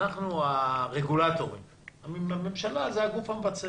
אנחנו הרגולטורים הממשלה היא הגוף המבצע